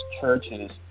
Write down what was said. churches